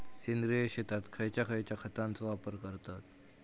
सेंद्रिय शेतात खयच्या खयच्या खतांचो वापर करतत?